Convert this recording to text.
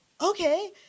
okay